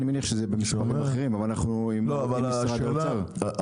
אני מניח שזה במשרדים אחרים אבל אנחנו עובדים עם משרד האוצר --- לא,